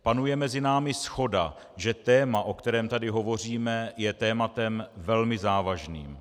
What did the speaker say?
Panuje mezi námi shoda, že téma, o kterém tady hovoříme, je tématem velmi závažným.